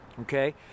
Okay